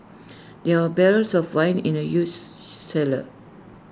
there are barrels of wine in the use cellar